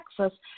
Texas